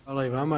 Hvala i vama.